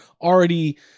already